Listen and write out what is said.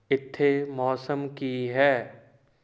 ਇੱਥੇ ਮੌਸਮ ਕੀ ਹੈ